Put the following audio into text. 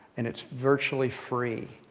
and it's virtually free.